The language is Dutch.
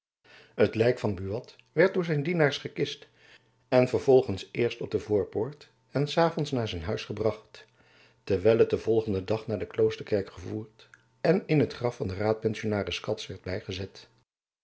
het lijk van buat werd door zijn dienaars gekist en vervolgends eerst op de voorpoort en s avonds naar zijn huis gebracht terwijl het den volgenden dag naar de kloosterkerk gevoerd en in het graf van den raadpensionaris cats werd bygezet